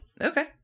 Okay